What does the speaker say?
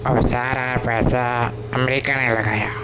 اور سارا پیسہ امریکہ نے لگایا